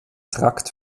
trakt